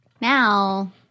now